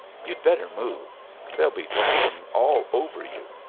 you'd better move they'll be tramping all over you.